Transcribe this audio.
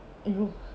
!aiyo!